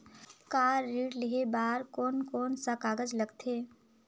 Car ऋण लेहे बार कोन कोन सा कागज़ लगथे?